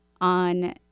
on